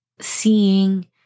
seeing